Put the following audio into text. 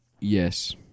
yes